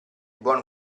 buon